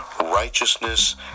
Righteousness